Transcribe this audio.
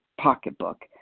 pocketbook